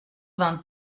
vingt